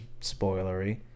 spoilery